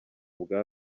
bwa